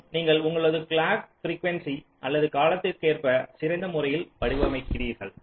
மற்றும் நீங்கள் உங்களது கிளாக் பிரிகியூன்சி அல்லது காலத்திற்கேற்ப சிறந்த முறையில் வடிவமைக்கிறீர்கள்